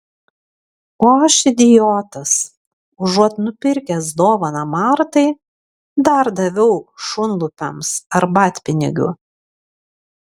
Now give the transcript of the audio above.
o aš idiotas užuot nupirkęs dovaną martai dar daviau šunlupiams arbatpinigių